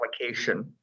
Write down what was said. application